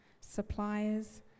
suppliers